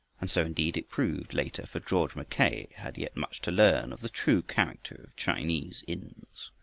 and so indeed it proved later, for george mackay had yet much to learn of the true character of chinese inns.